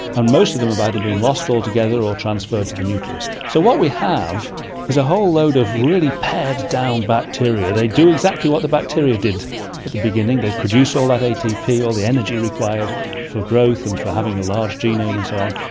and most of them have either been lost altogether or transferred to the nucleus. so what we have is a whole load of really pared down bacteria. they do exactly what the bacteria did at the beginning, they produce all that atp, all the energy required for growth and for having a large genome and so on,